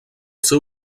seu